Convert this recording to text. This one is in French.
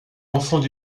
enfants